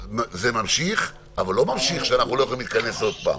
זה ממשיך אבל לא שאנחנו לא יכולים להתכנס עוד פעם